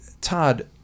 Todd